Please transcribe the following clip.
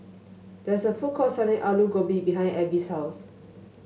there is a food court selling Alu Gobi behind Evie's house